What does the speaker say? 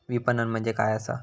विपणन म्हणजे काय असा?